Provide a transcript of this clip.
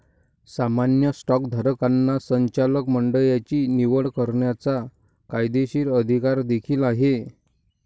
सामान्य स्टॉकधारकांना संचालक मंडळाची निवड करण्याचा कायदेशीर अधिकार देखील आहे